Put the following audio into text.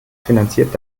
finanziert